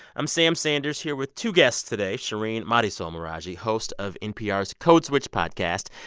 i'm sam sanders, here with two guests today shereen marisol meraji, host of npr's code switch podcast,